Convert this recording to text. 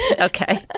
Okay